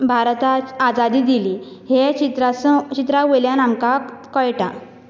भारता आजादी दिली हें चित्रां पासून चित्रां वयल्यान आमकां कळटा